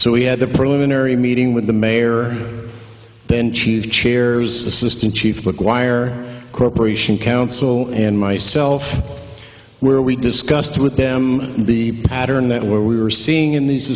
so we had a preliminary meeting with the mayor then chief chairs assistant chief acquire cooperation council and myself where we discussed with them the pattern that where we were seeing in these